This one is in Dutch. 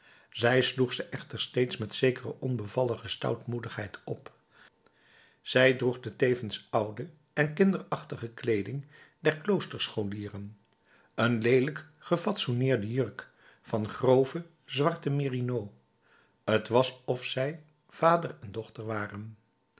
zij sloeg ze echter steeds met zekere onbevallige stoutmoedigheid op zij droeg de tevens oude en kinderachtige kleeding der kloosterscholieren een leelijk gefatsoeneerde jurk van grove zwarte merinos t was of zij vader en dochter waren